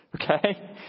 Okay